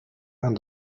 and